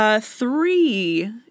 Three